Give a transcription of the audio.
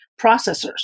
processors